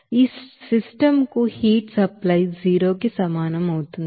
ఈ సిస్టమ్ కు heat supply 0కి సమానం అవుతుంది